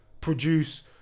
produce